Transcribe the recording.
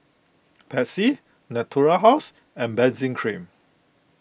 Pansy Natura House and Benzac Cream